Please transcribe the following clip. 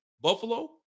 Buffalo